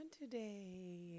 today